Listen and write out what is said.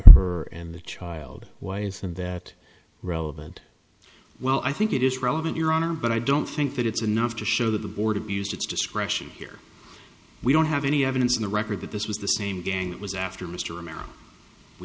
her and the child why isn't that relevant well i think it is relevant your honor but i don't think that it's enough to show that the board abused its discretion here we don't have any evidence in the record that this was the same gang that was after mr america we